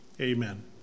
Amen